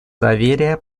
доверия